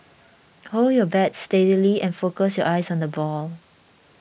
hold your bat steady and focus your eyes on the ball